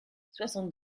soixante